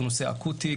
הוא נושא אקוטי,